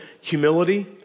humility